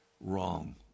Wrong